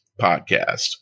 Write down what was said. Podcast